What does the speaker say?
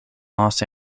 los